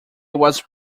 was